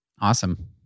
Awesome